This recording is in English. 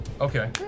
Okay